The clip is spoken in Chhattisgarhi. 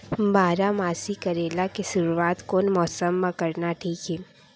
बारामासी करेला के शुरुवात कोन मौसम मा करना ठीक हे?